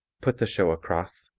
put the show across,